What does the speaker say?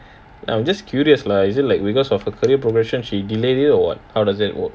ya I'm just curious lah is it like because of a career progression she delayed it or what how does it work